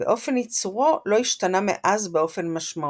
ואופן ייצורו לא השתנה מאז באופן משמעותי.